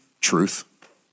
Truth